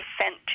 sent